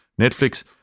Netflix